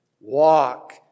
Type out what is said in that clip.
walk